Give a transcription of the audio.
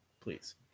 Please